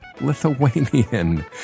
Lithuanian